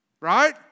right